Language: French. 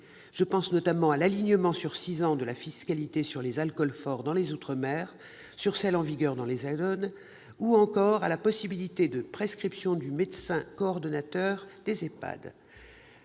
Je pense en particulier à l'alignement sur six ans de la fiscalité sur les alcools forts dans les outre-mer sur celle qui est en vigueur dans l'Hexagone, ou encore à la possibilité de prescription du médecin coordonnateur des